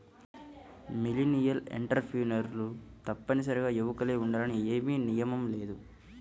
millennial ఎంటర్ప్రెన్యూర్లు తప్పనిసరిగా యువకులే ఉండాలని ఏమీ నియమం లేదు